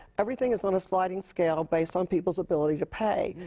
everything is on a sliding scale based on people's ability to pay.